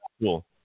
cool